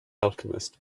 alchemist